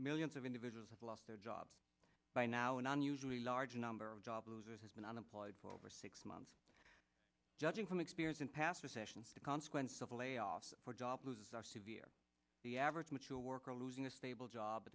millions of individuals have lost their jobs by now an unusually large number of job losers has been unemployed for over six months judging from experience in past recessions the consequences of layoffs or job losses are severe the average mature worker losing a stable job